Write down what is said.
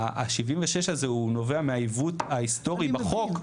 ה-76 הזה הוא נובע מהעיוות ההיסטורי בחוק,